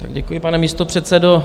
Děkuji, pane místopředsedo.